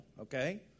Okay